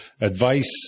advice